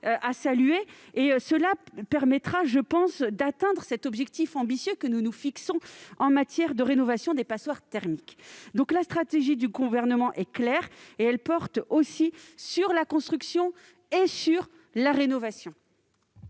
saluer. Cela permettra à mon sens d'atteindre l'objectif ambitieux que nous nous fixons en matière de rénovation des passoires thermiques. La stratégie du Gouvernement est donc claire. Elle porte sur la construction comme sur la rénovation.